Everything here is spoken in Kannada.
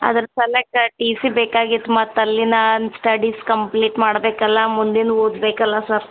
ಅದರ ಸಲಕ ಟಿ ಸಿ ಬೇಕಾಗಿತ್ತು ಮತ್ತೆ ಅಲ್ಲಿ ನಾನು ಸ್ಟಡೀಸ್ ಕಂಪ್ಲೀಟ್ ಮಾಡಬೇಕಲ್ಲ ಮುಂದಿನ ಓದಬೇಕಲ್ಲ ಸರ್